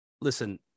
Listen